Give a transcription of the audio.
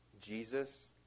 Jesus